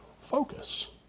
focus